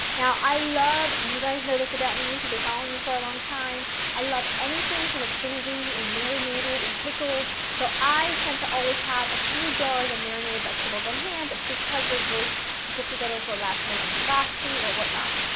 now, i love and you guys know this about me if you've been following me for a long time i love anything sort of vinegary and marinated and pickled, so i tend to always have a few jars of marinated vegetables on hand because they're great to put together for last minute antipasti or what not.